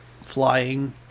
flying